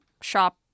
shop